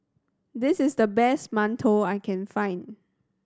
this is the best mantou I can find